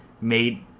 made